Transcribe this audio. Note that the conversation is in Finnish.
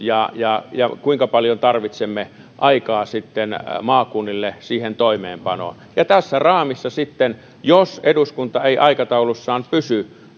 ja ja kuinka paljon tarvitsemme aikaa maakunnille siihen toimeenpanoon ja tässä raamissa sitten jos eduskunta ei aikataulussaan pysy